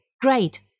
great